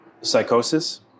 psychosis